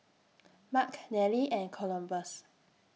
Mark Nelly and Columbus